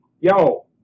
yo